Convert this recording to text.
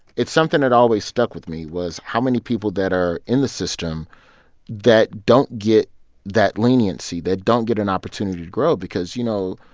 it's something that always stuck with me was how many people that are in the system that don't get that leniency, that don't get an opportunity to grow because, you know,